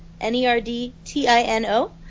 N-E-R-D-T-I-N-O